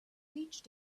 speech